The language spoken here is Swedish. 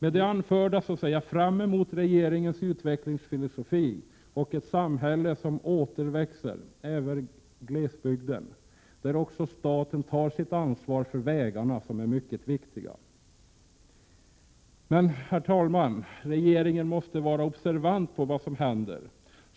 Med det anförda ser jag fram mot regeringens utvecklingsfilosofi och ett samhälle som åter växer, även glesbygden, där också staten tar sitt ansvar för vägarna, som är mycket viktiga. Herr talman! Regeringen måste vara observant på vad som händer.